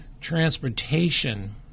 transportation